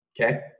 okay